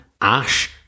Ash